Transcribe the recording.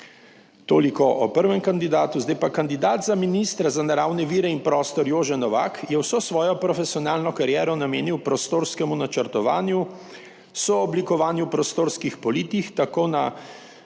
Toliko o prvem kandidatu. Zdaj pa kandidat za ministra za naravne vire in prostor, Jože Novak je vso svojo profesionalno kariero namenil prostorskemu načrtovanju, sooblikovanju prostorskih politik, tako na